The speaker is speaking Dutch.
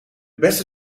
beste